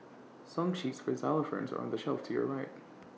song sheets for xylophones are on the shelf to your right